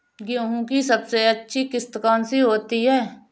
गेहूँ की सबसे अच्छी किश्त कौन सी होती है?